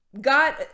God